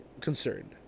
concerned